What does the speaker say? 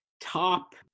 top